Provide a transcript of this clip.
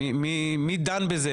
מי דן בזה?